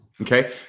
Okay